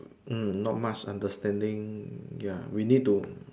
mm not much understanding ya we need to